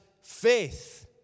faith